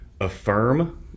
affirm